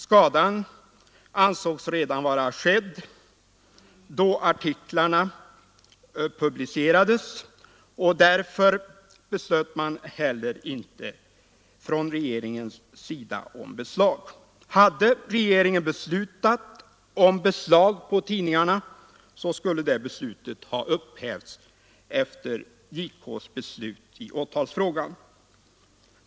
Skadan ansågs redan vara skedd då artiklarna publicerades. Därför beslöt man inte heller från regeringens sida om beslag. Hade regeringen beslutat om beslag på tidningarna, så skulle det beslutet vara upphävt efter JK:s beslut i åtalsfrågan.